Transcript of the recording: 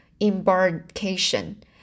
embarkation